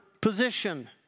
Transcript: position